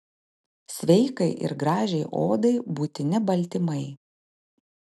sveikai ir gražiai odai būtini baltymai